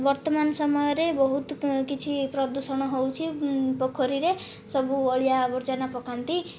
ବର୍ତ୍ତମାନ ସମୟରେ ବହୁତ କିଛି ପ୍ରଦୂଷଣ ହେଉଛି ପୋଖରୀରେ ସବୁ ଅଳିଆ ଆବର୍ଜନା ପକାନ୍ତି